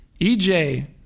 EJ